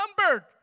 numbered